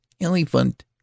Elephant